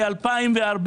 מ-2014.